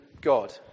God